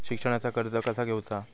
शिक्षणाचा कर्ज कसा घेऊचा हा?